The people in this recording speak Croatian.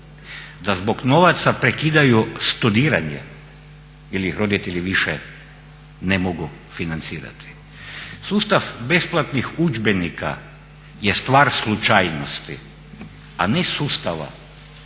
da zbog novaca prekidaju studiranje jer ih roditelji više ne mogu financirati. Sustav besplatnih udžbenika je stvar slučajnosti a ne sustava.